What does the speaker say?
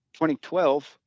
2012